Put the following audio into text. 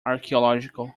archaeological